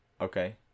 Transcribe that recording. okay